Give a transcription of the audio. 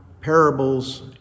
parables